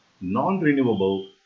non-renewable